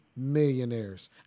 millionaires